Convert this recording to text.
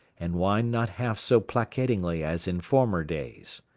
and whined not half so placatingly as in former days.